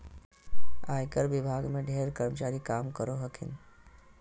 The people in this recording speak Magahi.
आयकर विभाग में ढेर कर्मचारी काम करो हखिन